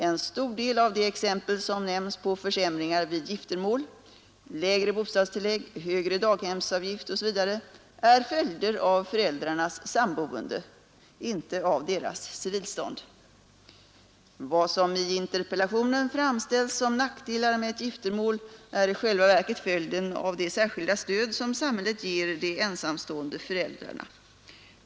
En stor del av de exempel som nämns på försämringar vid giftermål — lägre bostadstillägg, högre daghemsavgift osv. — är följder av föräldrarnas samboende, inte av deras civilstånd. Vad som i interpellationen framställs som nackdelar med ett giftermål är i själva verket följden av det särskilda stöd som samhället ger de ensamstående föräldrarna.